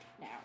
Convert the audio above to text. now